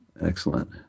Excellent